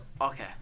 Okay